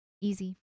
Easy